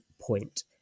Point